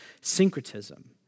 syncretism